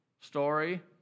story